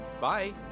Bye